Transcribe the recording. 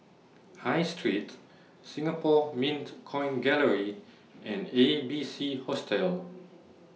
High Street Singapore Mint Coin Gallery and A B C Hostel